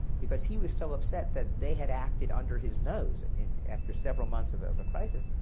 because he was so upset that they had acted under his nose, and after several months of of a crisis,